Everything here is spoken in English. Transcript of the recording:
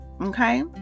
okay